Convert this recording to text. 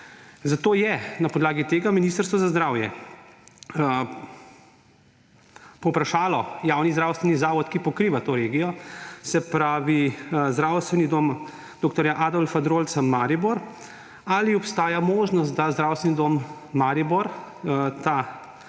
Zato je na podlagi tega Ministrstvo za zdravje povprašalo javni zdravstveni zavod, ki pokriva to regijo, se pravi Zdravstveni dom dr. Adolfa Drolca Maribor, ali obstaja možnost, da Zdravstveni dom Maribor ‒